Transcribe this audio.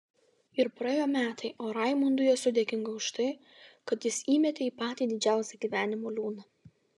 ir praėjo metai o raimundui esu dėkinga už tai kad jis įmetė į patį didžiausią gyvenimo liūną